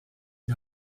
die